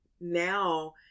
now